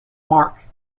mark